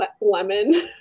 lemon